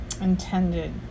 intended